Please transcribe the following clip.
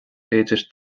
féidir